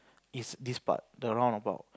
is this part the roundabout